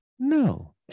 No